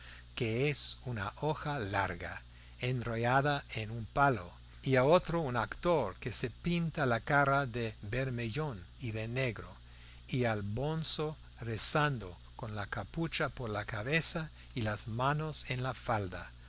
que es una hoja larga enrollada en un palo y a otro un actor que se pinta la cara de bermellón y de negro y al bonzo rezando con la capucha por la cabeza y las manos en la falda